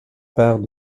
part